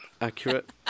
accurate